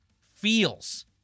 feels